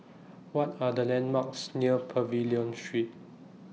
What Are The landmarks near Pavilion Street